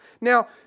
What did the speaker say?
Now